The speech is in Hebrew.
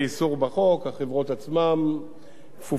החברות עצמן כפופות לדבר הזה,